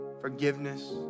forgiveness